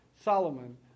Solomon